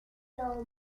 know